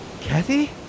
Kathy